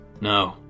no